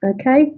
okay